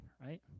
right